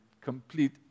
complete